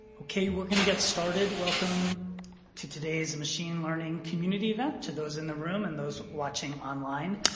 okay. we're going to get started. welcome to today's machine learning community event. to those in the room and those watching online,